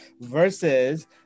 versus